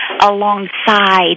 alongside